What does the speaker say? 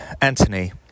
Anthony